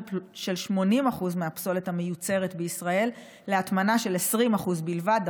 80% מהפסולת המיוצרת בישראל להטמנה של 20% בלבד,